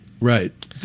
Right